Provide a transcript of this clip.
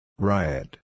Riot